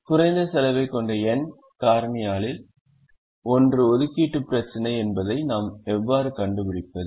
குறைந்த செலவைக் கொண்ட n காரணியாலில் ஒன்று ஒதுக்கீட்டுப் பிரச்சினை என்பதை நாம் எவ்வாறு கண்டுபிடிப்பது